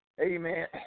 Amen